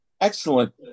excellent